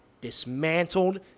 dismantled